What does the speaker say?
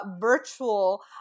virtual